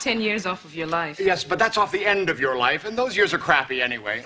ten years off your life yes but that's not the end of your life and those years are crappy anyway